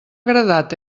agradat